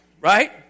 right